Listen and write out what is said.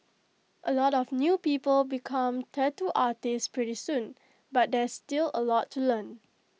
A lot of new people become tattoo artists pretty soon but there's still A lot to learn